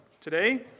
today